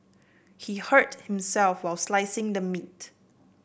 he hurt himself while slicing the meat